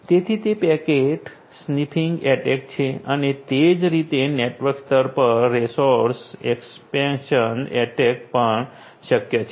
તેથી તે packet sniffing attack છે અને તે જ રીતે નેટવર્ક સ્તર પર રેસોઉર્સ એક્સએમ્પ્શન અટેક પણ શક્ય છે